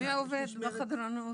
מי עובד בחדרנות?